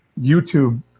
YouTube